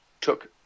took